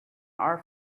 our